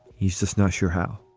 he's just not sure how.